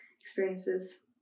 experiences